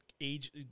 age –